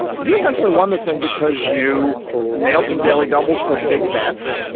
you essentially won this thing because you nailed some daily doubles for big bets.